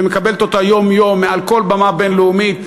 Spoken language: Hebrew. והיא מקבלת אותה יום-יום מעל כל במה בין-לאומית,